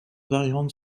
variantes